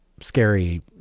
scary